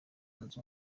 nzu